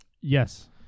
Yes